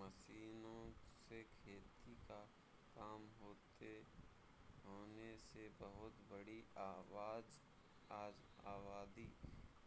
मशीनों से खेती का काम होने से बहुत बड़ी आबादी